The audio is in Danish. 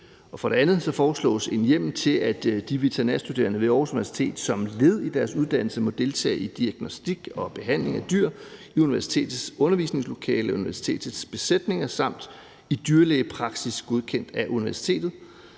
For det andet foreslås en hjemmel til, at de veterinærstuderende ved Aarhus Universitet som led i deres uddannelse må deltage i diagnostik og behandling af dyr i universitetets undervisningslokale blandt universitetets besætninger samt i dyrlægepraksis godkendt af universitetet.